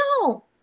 No